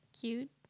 cute